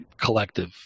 collective